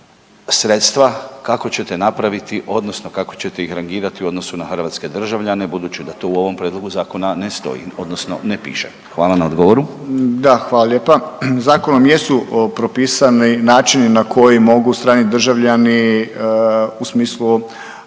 sredstva kako ćete napraviti odnosno kako ćete ih rangirati u odnosu na hrvatske državljane budući da to u ovom prijedlogu zakona ne stoji odnosno ne piše. Hvala na odgovoru. **Paljak, Tomislav** Da, hvala lijepa, zakonom jesu propisani načini na koji mogu strani državljani u smislu